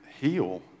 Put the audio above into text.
heal